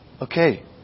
Okay